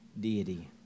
deity